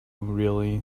really